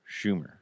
Schumer